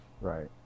Right